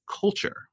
culture